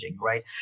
right